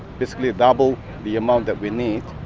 basically double the amount that we need,